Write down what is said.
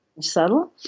subtle